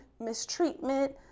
Mistreatment